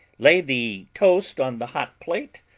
lay the toast on the hot plate,